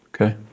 Okay